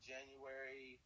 January